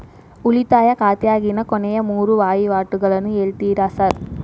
ಉಳಿತಾಯ ಖಾತ್ಯಾಗಿನ ಕೊನೆಯ ಮೂರು ವಹಿವಾಟುಗಳನ್ನ ಹೇಳ್ತೇರ ಸಾರ್?